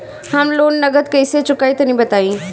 हम लोन नगद कइसे चूकाई तनि बताईं?